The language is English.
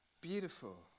beautiful